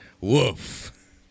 Woof